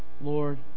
Lord